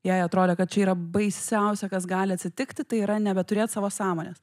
jai atrodė kad čia yra baisiausia kas gali atsitikti tai yra nebeturėt savo sąmonės